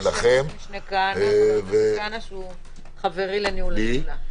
גם בשם מתן כהנא, שהוא חברי לניהול השדולה.